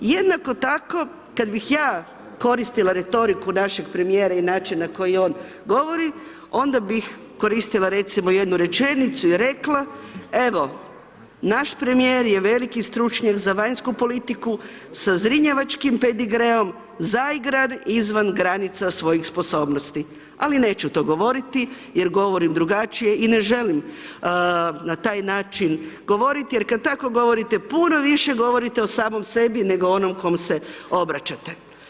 Jednako tako kad bih ja koristila retoriku našeg premijera i načina na koji on govori, onda bih koristila, recimo, jednu rečenicu i rekla, evo, naš premijer je veliki stručnjak za vanjsku politiku, sa zrinjevačkim pedigreom, zaigran, izvan granica svojih sposobnosti, ali neću to govoriti jer govorim drugačije i ne želim na taj način govorit jer kad tako govorite, puno više govorite o samom sebi, nego onom kom se obraćate.